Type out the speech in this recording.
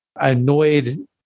annoyed